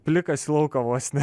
plikas į lauką vos ne